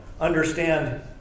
understand